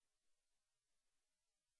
כמה?